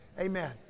amen